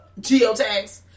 Geotags